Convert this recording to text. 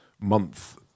month